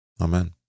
Amen